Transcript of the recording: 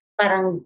Parang